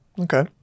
Okay